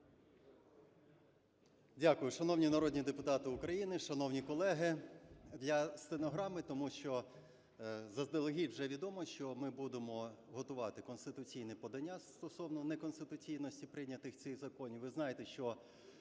Дякую. Шановні народні депутати, шановні колеги!